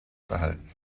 behalten